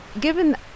given